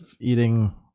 eating